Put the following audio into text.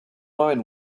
mind